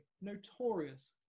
notorious